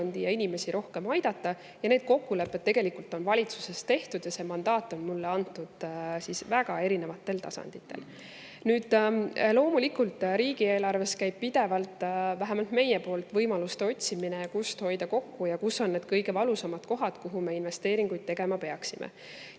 ja inimesi rohkem aidata. Ja need kokkulepped tegelikult on valitsuses tehtud ja see mandaat on mulle antud väga erinevatel tasanditel. Nüüd, loomulikult riigieelarves käib pidevalt, vähemalt meie poolt, võimaluste otsimine, kust hoida kokku ja kus on need kõige valusamad kohad, kuhu me investeeringuid tegema peaksime.